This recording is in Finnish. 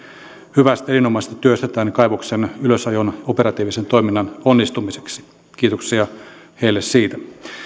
hyvästä erinomaisesta työstä tämän kaivoksen ylösajon operatiivisen toiminnan onnistumiseksi kiitoksia heille siitä